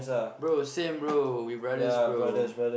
bro same bro we brothers bro